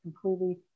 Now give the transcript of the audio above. completely